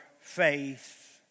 faith